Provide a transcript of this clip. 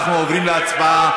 אנחנו עוברים להצבעה.